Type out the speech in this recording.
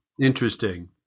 Interesting